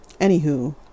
Anywho